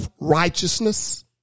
righteousness